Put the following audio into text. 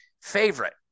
favorite